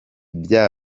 bya